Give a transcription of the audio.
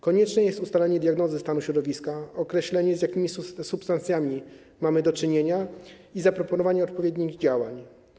Konieczne jest ustalenie diagnozy stanu środowiska, określenie, z jakimi substancjami mamy do czynienia, i zaproponowanie odpowiednich działań.